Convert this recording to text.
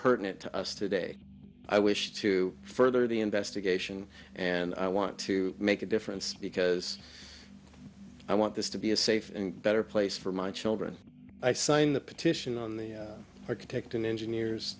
pertinent to us today i wish to further the investigation and i want to make a difference because i want this to be a safe and better place for my children i signed the petition on the architect and engineers